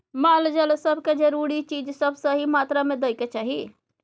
माल जाल सब के जरूरी चीज सब सही मात्रा में दइ के चाही